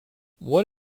what